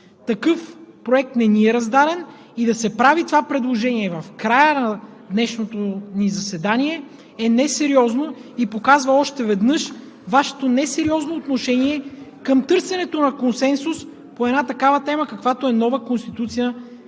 Такъв проект не ни е раздаден и да се прави това предложение в края на днешното ни заседание е несериозно и показва още веднъж Вашето несериозно отношение към търсенето на консенсус по една такава тема, каквато е нова Конституция на